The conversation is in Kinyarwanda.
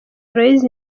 aloys